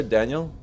Daniel